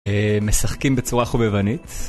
משחקים בצורה חובבנית.